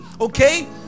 Okay